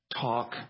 talk